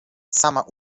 sama